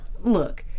look